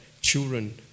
children